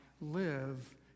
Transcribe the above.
live